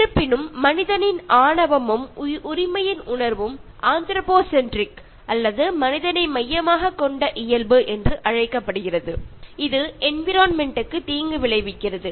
இருப்பினும் மனிதனின் ஆணவமும் உரிமையின் உணர்வும் "ஆந்த்ரோபோசென்ரிக் " அல்லது மனிதனை மையமாகக் கொண்ட இயல்பு என அழைக்கப்படுகிறது இது என்விரொண்மெண்ட்க்கு தீங்கு விளைவிக்கிறது